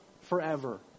forever